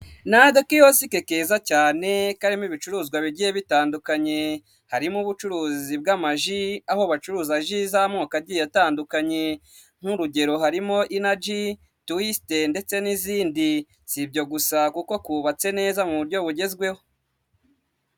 Ni aga kiyotike keza cyane, karimo ibicuruzwa bigiye bitandukanye, harimo ubucuruzi bw'amaji, aho bacuruza ji z'amoko agiye atandukanye, nk'urugero harimo inaji, agatwisite ndetse n'izindi, si ibyo gusa kukohubatse neza mu buryo bugezweho.